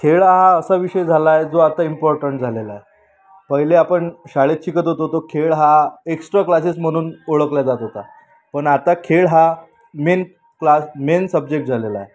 खेळ हा असा विषय झालाआहे जो आता इम्पॉर्टन्ट झालेला आहे पहिले आपण शाळेत शिकत होतो तो खेळ हा एक्स्ट्रा क्लासेस म्हणून ओळखला जात होता पण आता खेळ हा मेन क्लास मेन सब्जेक्ट झालेला आहे